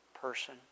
person